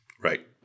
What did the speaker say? Right